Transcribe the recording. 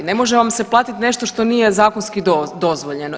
Ne može vam se platiti nešto što nije zakonski dozvoljeno.